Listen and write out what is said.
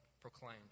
proclaimed